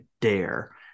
dare